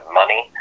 money